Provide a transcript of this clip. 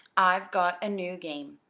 i've got a new game,